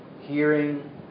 hearing